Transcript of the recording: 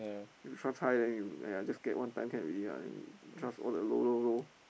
if you trust high then you !aiya! get one time can already lah and you trust all the low low low